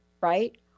right